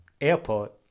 airport